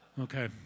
Okay